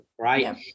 Right